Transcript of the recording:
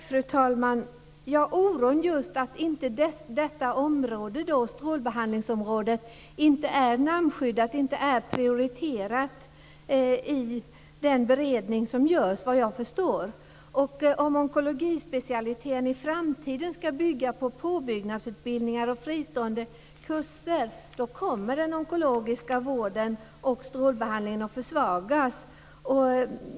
Fru talman! Oron gäller just att strålbehandlingsområdet inte är namnskyddat, att det såvitt jag förstår inte är prioriterat i den beredning som görs. Om onkologispecialiteten i framtiden ska bygga på påbyggnadsutbildningar och fristående kurser kommer den onkologiska vården och strålbehandlingen att försvagas.